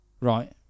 Right